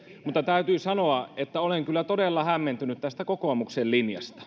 mutta täytyy sanoa että olen kyllä todella hämmentynyt tästä kokoomuksen linjasta